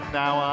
now